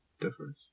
differs